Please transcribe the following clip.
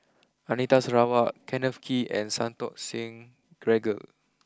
Anita Sarawak Kenneth Kee and Santokh Singh Grewal